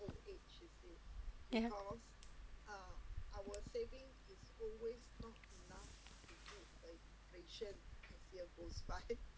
ya